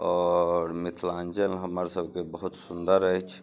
आओर मिथिलाञ्चल हमर सबके बहुत सुन्दर अछि